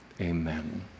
Amen